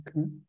Okay